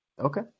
Okay